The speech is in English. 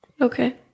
Okay